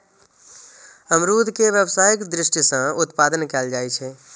अमरूद के व्यावसायिक दृषि सं उत्पादन कैल जाइ छै